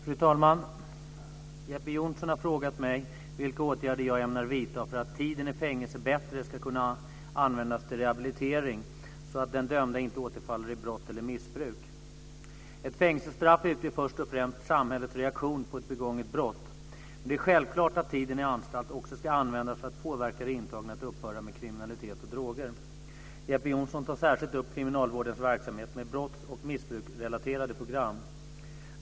Fru talman! Jeppe Johnsson har frågat mig vilka åtgärder jag ämnar vidta för att tiden i fängelse bättre ska kunna användas till rehabilitering så att den dömde inte återfaller i brott eller missbruk. Ett fängelsestraff utgör först och främst samhällets reaktion på ett begånget brott. Men det är självklart att tiden i anstalt också ska användas för att påverka de intagna att upphöra med kriminalitet och droger. Jeppe Johnsson tar särskilt upp kriminalvårdens verksamhet med brotts och missbruksrelaterade program.